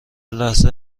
لحظه